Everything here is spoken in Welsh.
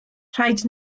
rhaid